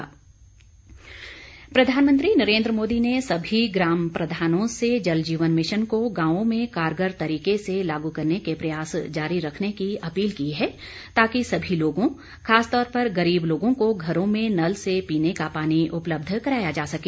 PM appeal प्रधानमंत्री नरेन्द्र मोदी ने सभी ग्राम प्रधानों से जल जीवन मिशन को गांवों में कारगर तरीके से लागू करने के प्रयास जारी रखने की अपील की है ताकि सभी लोगों खासतौर पर गरीब लोगों को घरों में नल से पीने का पानी उपलब्ध कराया जा सके